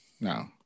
No